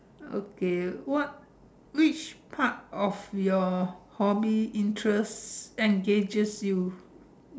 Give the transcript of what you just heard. okay what which part of your hobbies interest engages you